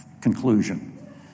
conclusion